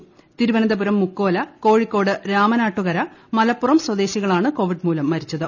Covid Thiruvananthapuram Mukkola Kozhikode Ramanattukara Malappuram സ്വദേശികളാണ് Covid മൂലം മരിച്ചത്